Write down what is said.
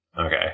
okay